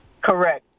Correct